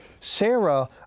Sarah